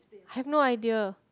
I've no idea